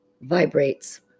vibrates